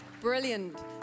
brilliant